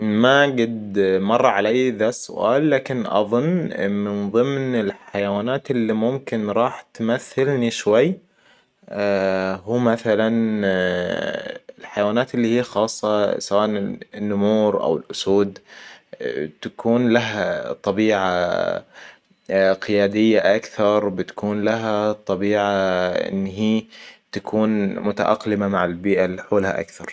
ما قد مر علي ذا السؤال لكن اظن من ضمن الحيوانات اللي ممكن راح تمثلني شوي هو مثلاً الحيوانات اللي هي خاصة سواءاً النمور او الأسود تكون لها طبيعه قيادية أكثر بتكون لها طبيعة إن هي تكون متأقلمة مع البيئة اللي حولها أكثر